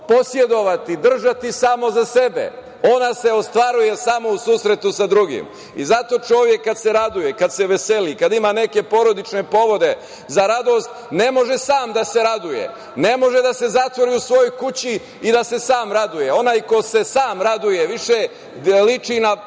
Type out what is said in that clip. posedovati, držati samo za sebe, ona se ostvaruje samo u susretu sa drugim. Zato, čovek kada se raduje i kada se veseli, kada ima neke porodične povode za radost, ne može sam da se raduje, ne može da se zatvori u svojoj kući i da se sam raduje. Onaj ko se sam raduje više liči na